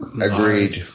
Agreed